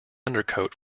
undercoat